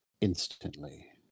instantly